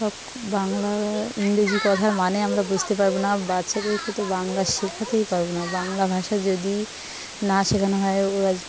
সব বাংলা ইংরেজি কথার মানে আমরা বুঝতে পারবো না বাচ্চাদেরকে তো বাংলা শেখাতেই পারবো না বাংলা ভাষা যদি না শেখানো হয় ওরা